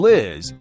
Liz